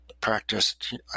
practiced